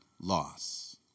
loss